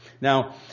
Now